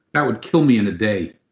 that would kill me in a day.